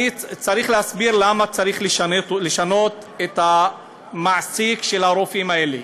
אני צריך להסביר למה צריך לשנות את המעסיק של הרופאים האלה.